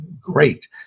great